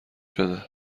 شده